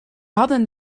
hadden